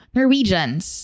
Norwegians